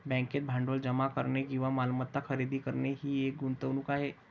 बँकेत भांडवल जमा करणे किंवा मालमत्ता खरेदी करणे ही एक गुंतवणूक आहे